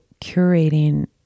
curating